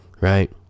right